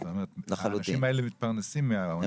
זאת אומרת שהאנשים האלה מתפרנסים מההונאות.